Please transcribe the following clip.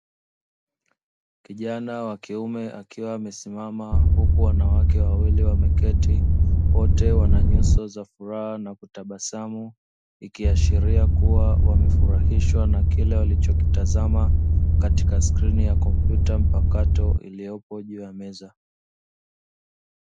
kijana wa kiume akiwa amesimama huku wanawake wawili wameketi, wote wana nyuso za furaha na kutabasamu ikiashiria kuwa wamefurahishwa na kile walichokitazama katika skrini ya komputa mpakato iliyopo juu ya meza.